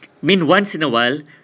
I mean once in a while